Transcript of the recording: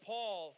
Paul